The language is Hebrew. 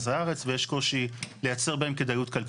הארץ ויש קושי לייצר בהם כדאיות כלכלית.